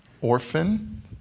orphan